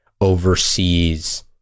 oversees